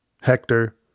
Hector